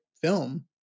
film